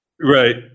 Right